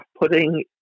putting